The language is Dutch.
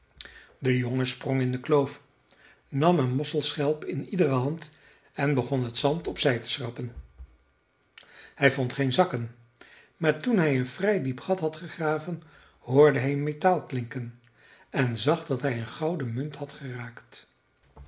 de jongen sprong in de kloof nam een mosselschelp in iedere hand en begon het zand op zij te schrappen hij vond geen zakken maar toen hij een vrij diep gat had gegraven hoorde hij metaal klinken en zag dat hij een gouden munt had geraakt